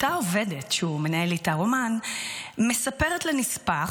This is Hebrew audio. אותה עובדת שהוא מנהל איתה רומן מספרת לנספח,